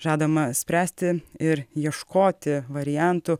žadama spręsti ir ieškoti variantų